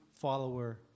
follower